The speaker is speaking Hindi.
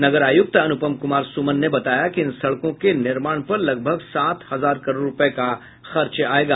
नगर आयुक्त अनुपम कुमार सुमन ने बताया कि इन सड़कों के निर्माण पर लगभग सात हजार करोड़ रूपये का खर्च आयेगा